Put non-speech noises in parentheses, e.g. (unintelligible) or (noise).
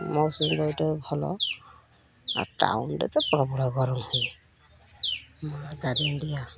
ମୌସମୀ ବାୟୁଟା ଭଲ ଆର୍ ଟାଉନ୍ରେେ ତ ପ୍ରବଳ ଗରମ ହୁଏ ମାଆ (unintelligible)